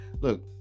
look